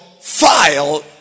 file